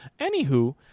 Anywho